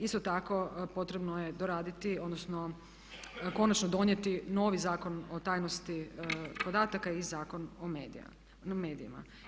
Isto tako potrebno je doraditi odnosno konačno donijeti novi Zakon o tajnosti podataka i Zakon o medijima.